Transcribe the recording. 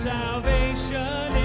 salvation